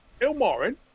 Ilmarin